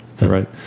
right